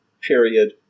period